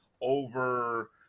over